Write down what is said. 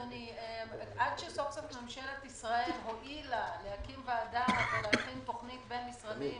עד שסוף סוף ממשלת ישראל הואילה להקים ועדה ולהכין תוכנית בין-משרדית